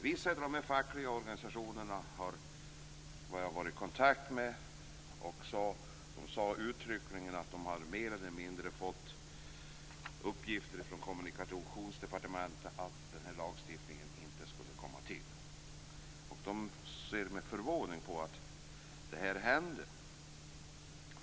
Jag har varit i kontakt med vissa av dessa fackliga organisationer och man säger att man mer eller mindre hade fått uppgifter från Kommunikationsdepartementet om att denna lagstiftning inte skulle komma till stånd. De ser nu med förvåning på att så inte blir fallet.